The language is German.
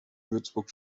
würzburg